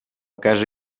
casa